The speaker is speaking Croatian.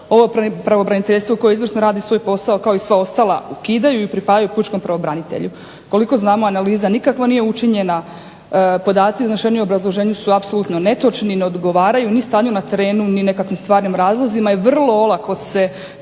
ovo pravobraniteljstvo koje izvrsno radi svoj posao kao i sva ostala ukidaju i pripajaju pučkom pravobranitelju. Koliko znamo analiza nikakva nije učinjena, podaci u iznošeni u obrazloženju su apsolutno netočni, ne odgovaraju ni stanju na terenu ni nekakvim stvarnim razlozima i vrlo olako se